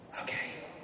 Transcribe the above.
Okay